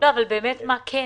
באמת מה כן.